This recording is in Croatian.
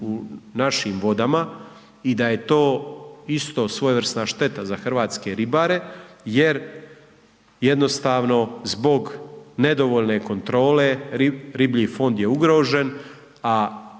u našim vodama i da je to isto svojevrsna šteta za hrvatske ribare jer jednostavno zbog nedovoljne kontrole riblji fond je ugrožen, a ispaštaju